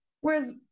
whereas